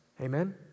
Amen